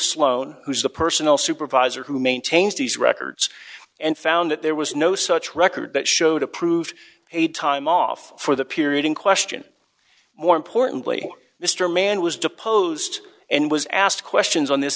sloan who's the personal supervisor who maintains these records and found that there was no such record that showed approved a time off for the period in question more importantly mr mann was deposed and was asked questions on this